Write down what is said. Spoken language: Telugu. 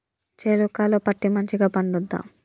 చేలుక లో పత్తి మంచిగా పండుద్దా?